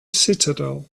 citadel